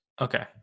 Okay